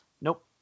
Nope